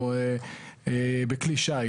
או בכלי שיט.